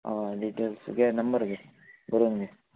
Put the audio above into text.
हय डिटेल्स गे नंबर गे बरोवन घे